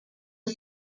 are